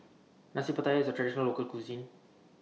Nasi Pattaya IS A Traditional Local Cuisine